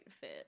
fit